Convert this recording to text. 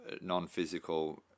non-physical